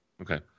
Okay